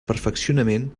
perfeccionament